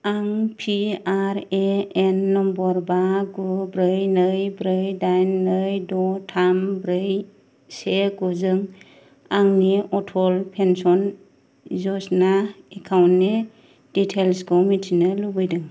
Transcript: आं P R A N number बा गु ब्रै नै ब्रै दाइन नै द थाम ब्रै से गुजों आंनि अटल पेन्सन यजना एकाउन्टनि डिटेइल्सखौ मिथिनो लुबैदों